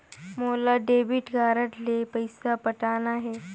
मोला debit card ले पइसा पटाना हे?